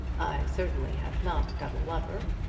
i certainly have not got a lover.